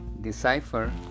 Decipher